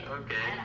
okay